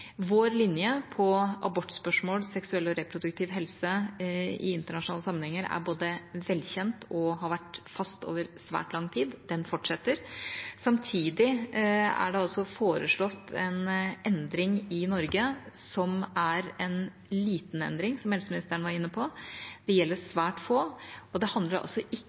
Vår linje i abortspørsmål, seksuell og reproduktiv helse i internasjonal sammenheng er velkjent og har vært fast over svært lang tid. Den fortsetter. Samtidig er det foreslått en endring i Norge som er en liten endring, som helseministeren var inne på, Det gjelder svært få, og det handler ikke